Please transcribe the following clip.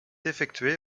effectué